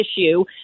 issue